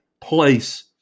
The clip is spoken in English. place